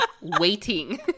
Waiting